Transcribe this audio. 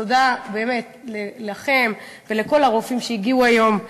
אז באמת תודה לכם ולכל הרופאים שהגיעו היום,